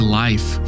life